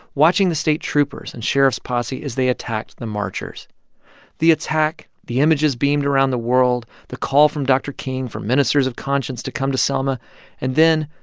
watching the state troopers and sheriff's posse as they attacked the marchers the attack, the images beamed around the world, the call from dr. king for ministers of conscience to come to selma and then,